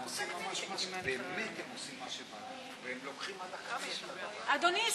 אדוני,